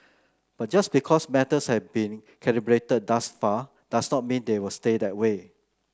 but just because matters have been calibrated thus far does not mean they will stay that way